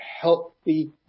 healthy